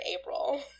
April